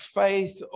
faith